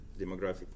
demographic